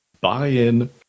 buy-in